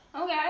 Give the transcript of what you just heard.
Okay